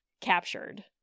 captured